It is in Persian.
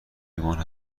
ایمان